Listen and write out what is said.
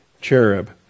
cherub